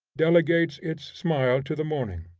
delegates its smile to the morning,